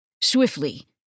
Swiftly